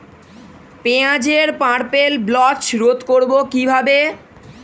পেঁয়াজের purple blotch রোধ করবো কিভাবে?